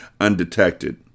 undetected